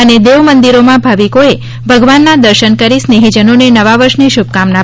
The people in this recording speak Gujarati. અને દેવ મંદિરોમાં ભાવિકોએ ભગવાનના દર્શન કરી સ્નેઠીજનોને નવા વર્ષની શ્રૂભકામના પાઠવી હતી